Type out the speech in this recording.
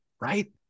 right